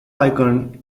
icon